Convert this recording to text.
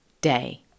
day